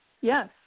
Yes